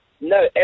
no